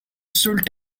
should